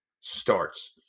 starts